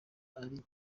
ari